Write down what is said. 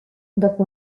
dopo